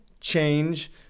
change